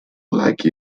like